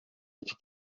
icyi